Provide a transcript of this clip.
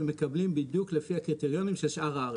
הם מקבלים בדיוק לפי הקריטריונים של שאר הארץ.